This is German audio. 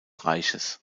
reiches